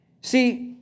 See